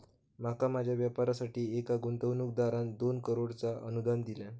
माका माझ्या व्यापारासाठी एका गुंतवणूकदारान दोन करोडचा अनुदान दिल्यान